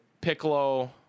Piccolo